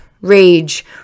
Rage